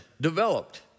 developed